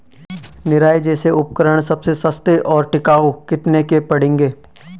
निराई जैसे उपकरण सबसे सस्ते और टिकाऊ कितने के पड़ेंगे?